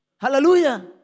hallelujah